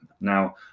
Now